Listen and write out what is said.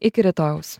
iki rytojaus